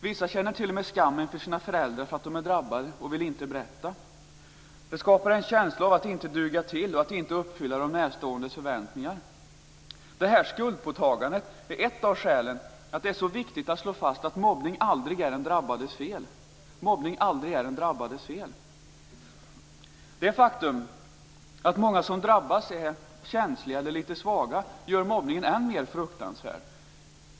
Vissa känner t.o.m. skam inför sina föräldrar för att de är drabbade och vill inte berätta. Det skapar en känsla av att inte duga och inte uppfylla de närståendes förväntningar. Skuldpåtagandet är ett av skälen till att det är så viktigt att slå fast att mobbning aldrig är den drabbades fel. Det faktum att många som drabbas är litet känsliga eller svaga gör mobbningen än mer fruktansvärd.